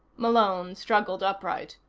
malone struggled upright.